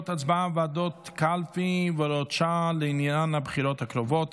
(הצבעה וועדות קלפי והוראות שעה לעניין הבחירות הקרובות),